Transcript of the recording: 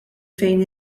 fejn